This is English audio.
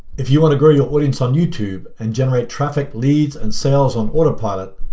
if you want to grow your audience on youtube and generate traffic, leads, and sells on autopilot,